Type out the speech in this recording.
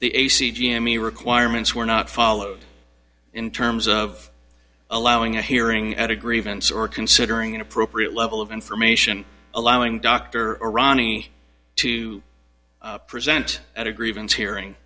the ac g m e requirements were not followed in terms of allowing a hearing at a grievance or considering an appropriate level of information allowing dr irani to present at a grievance hearing